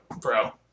bro